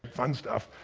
fun stuff.